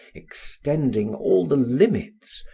extending all the limits,